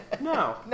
No